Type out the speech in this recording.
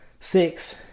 Six